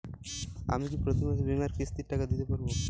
আমি কি প্রতি মাসে বীমার কিস্তির টাকা দিতে পারবো?